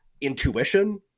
intuition